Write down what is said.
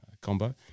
Combo